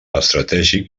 estratègic